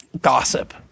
gossip